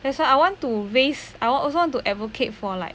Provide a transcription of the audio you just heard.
that's why I want to raise I want also want to advocate for like